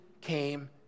came